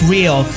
Real